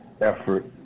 effort